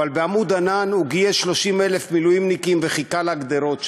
ב"עמוד ענן" הוא גייס 30,000 מילואימניקים וחיכה על הגדרות שם,